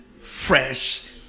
fresh